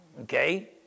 okay